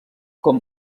com